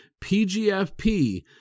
PGFP